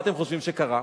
מה אתם חושבים שקרה?